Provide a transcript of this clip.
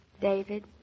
David